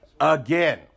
again